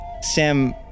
Sam